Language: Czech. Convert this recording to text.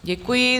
Děkuji.